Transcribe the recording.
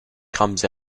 comes